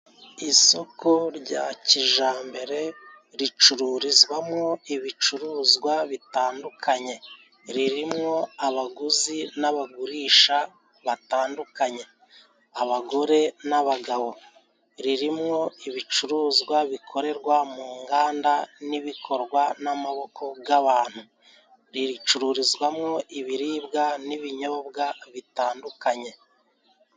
Isoko rya kijambere ricururizwamo ibicuruzwa bitandukanye ririmwo abaguzi n'abagurisha batandukanye abagore n'abagabo, ririmwo ibicuruzwa bikorerwa mu nganda n'ibikorwa n'amaboko g'abantu riricururizwamo ibiribwa n'ibinyobwa bitandukanye.